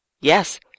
Yes